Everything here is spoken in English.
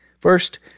First